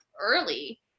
early